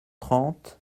trente